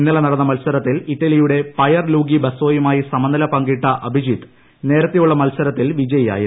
ഇന്നലെ നടന്ന മത്സരത്തിൽ ഇറ്റലിയുടെ പയർ ലൂഗി ബസ്റ്റോയുമായി സമനില പങ്കിട്ട അഭിജിത്ത് നേരത്തെയുള്ള മത്സരത്തിൽ വിജയിയായിരുന്നു